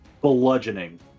Bludgeoning